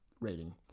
rating